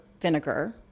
vinegar